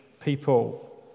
people